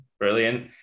Brilliant